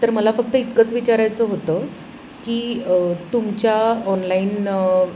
तर मला फक्त इतकंच विचारायचं होतं की तुमच्या ऑनलाईन